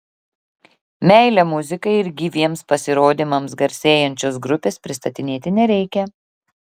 meile muzikai ir gyviems pasirodymams garsėjančios grupės pristatinėti nereikia